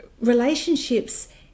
Relationships